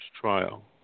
trial